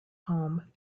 home